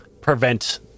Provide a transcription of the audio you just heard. prevent